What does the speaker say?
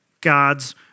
God's